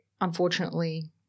unfortunately